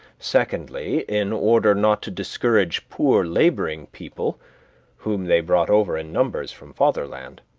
secondly, in order not to discourage poor laboring people whom they brought over in numbers from fatherland.